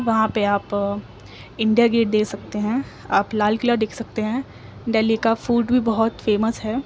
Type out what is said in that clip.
وہاں پہ آپ انڈیا گیٹ دیکھ سکتے ہیں آپ لال قلعہ دیکھ سکتے ہیں دہلی کا فوڈ بھی بہت فیمس ہے